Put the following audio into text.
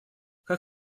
как